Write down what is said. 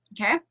okay